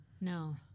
No